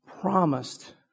promised